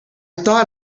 thought